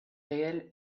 réel